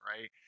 right